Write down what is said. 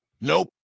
Nope